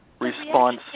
response